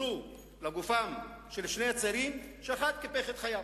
כוונו לגופם של שני צעירים, ואחד קיפח את חייו.